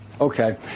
Okay